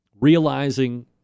Realizing